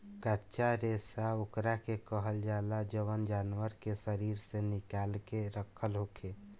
कच्चा रेशा ओकरा के कहल जाला जवन जानवर के शरीर से निकाल के रखल होखे